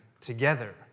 together